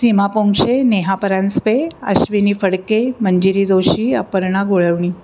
Seema Ponkshe Neha Paranjape Ashwini Phadke Manjiri Joshi Aparna Golvani